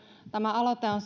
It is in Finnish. tämä aloite on